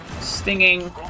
stinging